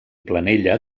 planella